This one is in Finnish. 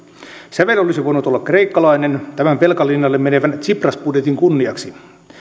sävel olisi voinut olla kreikkalainen tämän velkalinjalle menevän tsipras budjetin kunniaksi